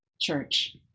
Church